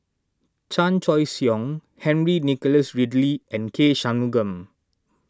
Chan Choy Siong Henry Nicholas Ridley and K Shanmugam